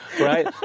right